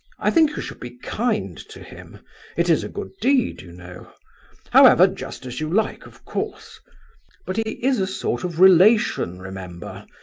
i think you should be kind to him it is a good deed, you know however, just as you like, of course but he is a sort of relation, remember,